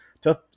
Tough